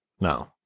No